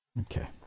Okay